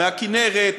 מהכינרת,